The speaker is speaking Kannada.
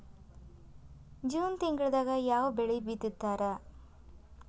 ಜೂನ್ ತಿಂಗಳದಾಗ ಯಾವ ಬೆಳಿ ಬಿತ್ತತಾರ?